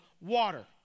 water